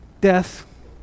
death